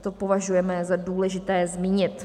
To považujeme za důležité zmínit.